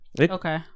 okay